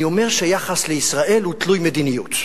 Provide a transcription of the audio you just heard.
אני אומר שהיחס לישראל הוא תלוי מדיניות,